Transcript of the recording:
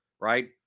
right